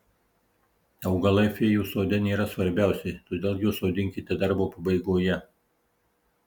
augalai fėjų sode nėra svarbiausi todėl juos sodinkite darbo pabaigoje